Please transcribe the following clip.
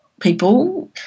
people